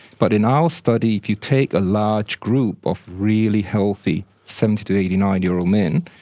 but in our study, if you take a large group of really healthy seventy to eighty nine year old men,